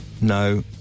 No